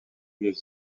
les